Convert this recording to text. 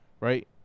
Right